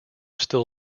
still